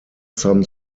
some